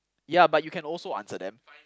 ya but you can also answer them